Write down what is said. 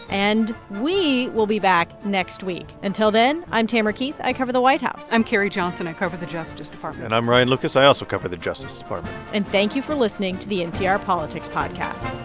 and we will be back next week. until then, i'm tamara keith. i cover the white house i'm carrie johnson. i cover the justice department and i'm ryan lucas. i also cover the justice department and thank you for listening to the npr politics podcast